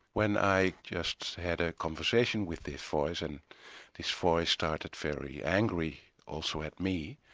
when i just had a conversation with this voice and this voice started very angry also at me,